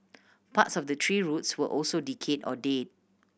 parts of the tree roots were also decayed or dead